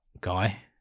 guy